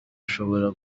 ushobora